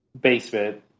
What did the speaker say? basement